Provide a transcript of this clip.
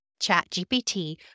ChatGPT